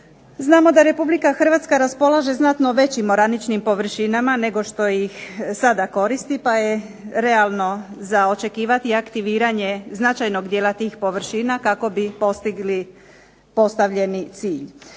Znamo da Republika Hrvatska raspolaže znatno većim oraničnim površinama nego što ih sada koristi, pa je realno za očekivati aktiviranje značajnog dijela tih površina kako bi postigli postavljeni cilj.